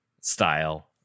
style